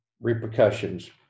repercussions